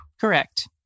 Correct